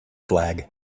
flag